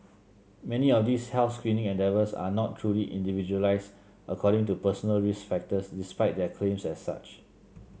many of these health screening endeavours are not truly individualised according to personal risk factors despite their claims as such